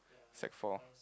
sec four